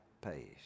pace